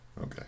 Okay